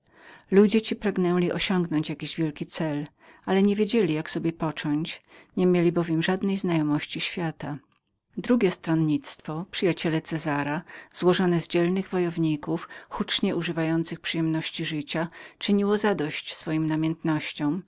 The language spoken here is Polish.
ludzie pragnęli osiągnąć jakiś wielki cel ale nie wiedzieli jak sobie począć nie mieli bowiem żadnej znajomości świata drugie stronnictwo przyjacioł cezara złożone z dzielnych wojowników hucznie używających przyjemności życia zadosyć